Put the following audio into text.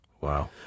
Wow